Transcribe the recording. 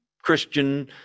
Christian